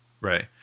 Right